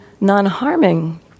Non-harming